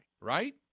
right